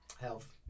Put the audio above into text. Health